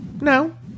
no